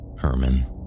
Herman